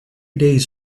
days